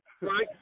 right